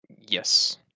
Yes